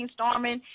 brainstorming